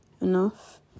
enough